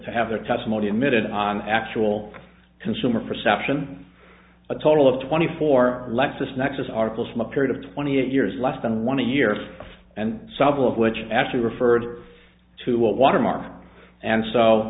to have their testimony admitted actual consumer perception a total of twenty four lexis nexis articles from a period of twenty eight years less than one a year and sub of which actually referred to what watermark and